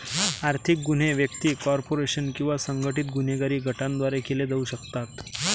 आर्थिक गुन्हे व्यक्ती, कॉर्पोरेशन किंवा संघटित गुन्हेगारी गटांद्वारे केले जाऊ शकतात